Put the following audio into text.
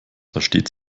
versteht